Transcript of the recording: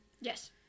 Yes